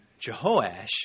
Jehoash